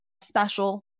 special